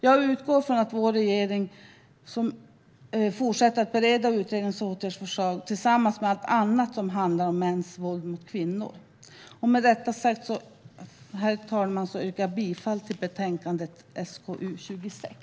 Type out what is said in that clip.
Jag utgår från att vår regering fortsätter att bereda utredningens åtgärdsförslag tillsammans med allt annat som handlar om mäns våld mot kvinnor. Med detta sagt, herr talman, yrkar jag bifall till förslaget i betänkandet SkU26.